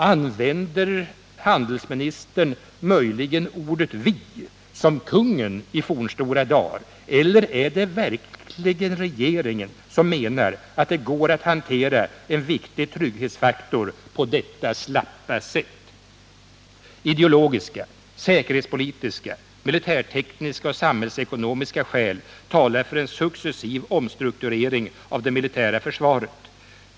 Använder handelsministern möjligen ordet ”vi” som kungen gjorde i fornstora dar, eller är det verkligen regeringen som menar att det går att hantera en viktig trygghetsfaktor på detta slappa sätt? Ideologiska, säkerhetspolitiska, militärtekniska och samhällsekonomiska skäl talar för en successiv omstrukturering av det militära försvaret.